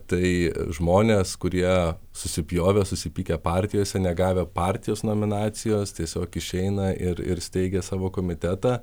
tai žmonės kurie susipjovė susipykę partijose negavę partijos nominacijos tiesiog išeina ir ir steigia savo komitetą